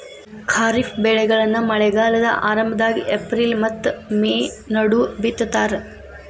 ಖಾರಿಫ್ ಬೆಳೆಗಳನ್ನ ಮಳೆಗಾಲದ ಆರಂಭದಾಗ ಏಪ್ರಿಲ್ ಮತ್ತ ಮೇ ನಡುವ ಬಿತ್ತತಾರ